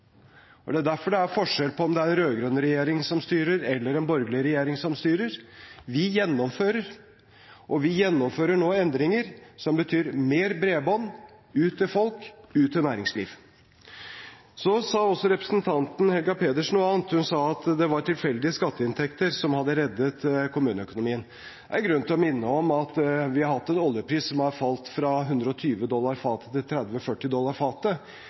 og det er derfor det er forskjell på om det er en rød-grønn regjering som styrer, eller om det er en borgerlig regjering som styrer. Vi gjennomfører. Og vi gjennomfører nå endringer som betyr mer bredbånd ut til folk, ut til næringsliv. Representanten Helga Pedersen sa også noe annet. Hun sa at det var tilfeldige skatteinntekter som hadde reddet kommuneøkonomien. Det er grunn til å minne om at vi har hatt en oljepris som har falt fra 120 dollar fatet til 30–40 dollar